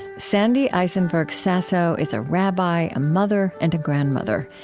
sandy eisenberg sasso is a rabbi, a mother, and a grandmother.